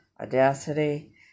Audacity